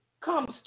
comes